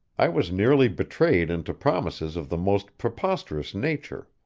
i was nearly betrayed into promises of the most preposterous nature.